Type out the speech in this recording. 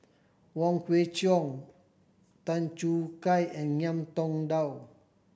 Wong Kwei Cheong Tan Choo Kai and Ngiam Tong Dow